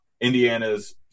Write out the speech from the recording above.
Indiana's